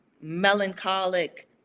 melancholic